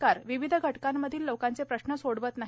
तसेच हे सरकार विविध घटकांमधील लोकांचे प्रश्न सोडवत नाही